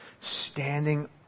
Standing